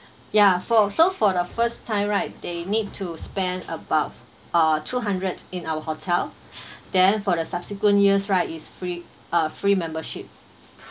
ya for so for the first time right they need to spend about uh two hundred in our hotel then for the subsequent years right it's free uh free membership